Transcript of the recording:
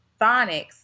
phonics